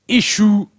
issue